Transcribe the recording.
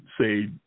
say